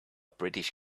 british